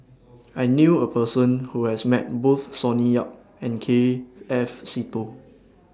I knew A Person Who has Met Both Sonny Yap and K F Seetoh